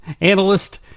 analyst